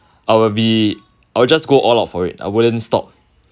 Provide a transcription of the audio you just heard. I'll be I'll just go all of for it I wouldn't stop